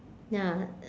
ya